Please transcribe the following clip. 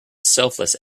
selfless